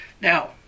Now